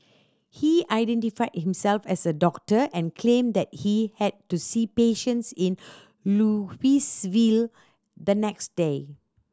he identified himself as a doctor and claimed that he had to see patients in Louisville the next day